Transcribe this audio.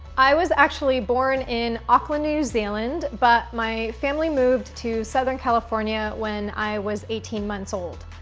i was actually born in auckland, new zealand, but my family moved to southern california when i was eighteen months old.